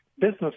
business